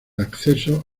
acceso